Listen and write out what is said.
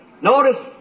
Notice